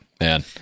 man